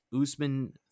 Usman